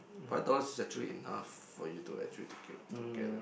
five dollars is actually enough for you to actually take it together